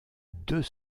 deux